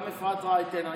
גם אפרת רייטן,